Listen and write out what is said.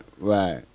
right